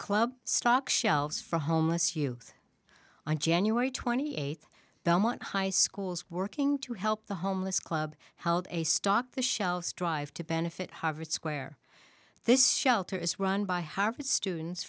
club stocked shelves for homeless you on january twenty eighth belmont high schools working to help the homeless club held a stock the shelves drive to benefit harvard square this shelter is run by harvard students